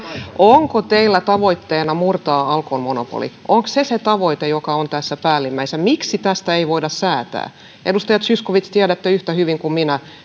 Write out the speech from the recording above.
onko heillä tavoitteena murtaa alkon monopoli onko se se tavoite joka on tässä päällimmäisenä miksi tästä ei voida säätää edustaja zyskowicz tiedätte yhtä hyvin kuin minä